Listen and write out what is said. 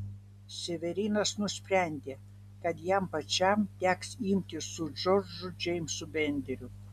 severinas nusprendė kad jam pačiam teks imtis su džordžu džeimsu benderiu